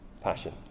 passion